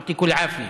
תהיה בריא.